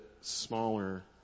smaller